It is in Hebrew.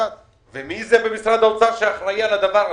מי במשרד האוצר אחראי על הדבר הזה?